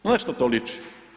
Na što to liči?